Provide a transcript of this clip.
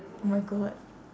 oh my god